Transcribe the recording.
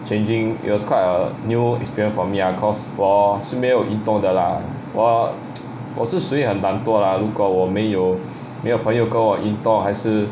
changing it was quite a new experience for me ah cause 我是没有运动的啦我 我是属于很懒惰的啦如果我没有没有朋友跟我运动还是